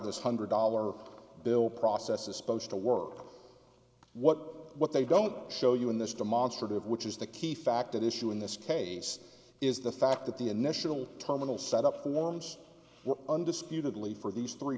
this hundred dollar bill process is supposed to work what what they don't show you in this demonstrative which is the key fact that issue in this case is the fact that the initial terminal set up forms were undisputedly for these three